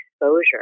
exposure